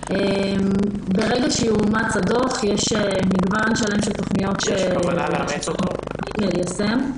ברגע שיאומץ הדוח יש מגוון שלם של תוכניות שאפשר ליישם.